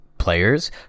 Players